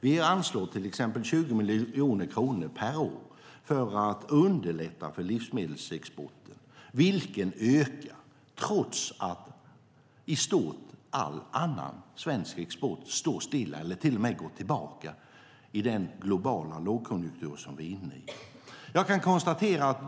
Vi anslår till exempel 20 miljoner kronor per år för att underlätta för livsmedelsexporten - vilken ökar trots att i stort sett all annan svensk export står stilla eller till och med går tillbaka i den globala lågkonjunktur som vi är inne i.